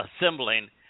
assembling